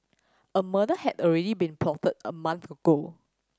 a murder had already been plotted a month ago